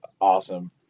awesome